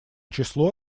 числу